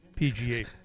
PGA